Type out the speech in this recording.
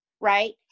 Right